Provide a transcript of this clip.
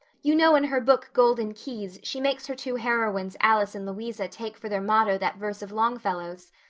you know, in her book golden keys she makes her two heroines alice and louisa take for their motto that verse of longfellow's,